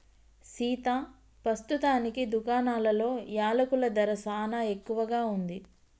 సీతా పస్తుతానికి దుకాణాలలో యలకుల ధర సానా ఎక్కువగా ఉంది